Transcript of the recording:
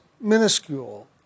minuscule